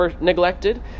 neglected